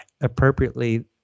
appropriately